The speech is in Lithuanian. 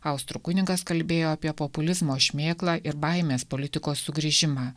austrų kunigas kalbėjo apie populizmo šmėklą ir baimės politikos sugrįžimą